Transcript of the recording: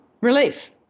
relief